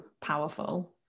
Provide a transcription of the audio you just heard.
powerful